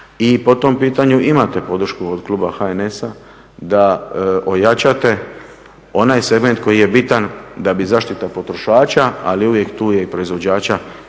i po tom pitanju imate podršku od kluba HNS-a da ojačate onaj segment koji je bitan da bi zaštita potrošača, ali uvijek tu je i proizvođača